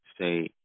say